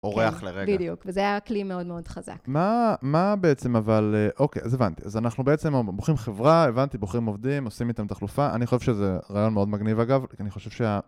אורח לרגע. בדיוק, וזה היה כלי מאוד מאוד חזק. מה בעצם אבל... אוקיי, אז הבנתי. אז אנחנו בעצם בוחרים חברה, הבנתי, בוחרים עובדים, עושים איתם תחלופה. אני חושב שזה רעיון מאוד מגניב, אגב, כי אני חושב שה...